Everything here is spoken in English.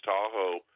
Tahoe